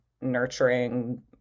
nurturing